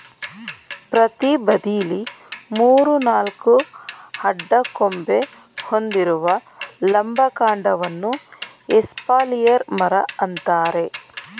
ಪ್ರತಿ ಬದಿಲಿ ಮೂರು ನಾಲ್ಕು ಅಡ್ಡ ಕೊಂಬೆ ಹೊಂದಿರುವ ಲಂಬ ಕಾಂಡವನ್ನ ಎಸ್ಪಾಲಿಯರ್ ಮರ ಅಂತಾರೆ